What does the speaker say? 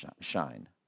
shine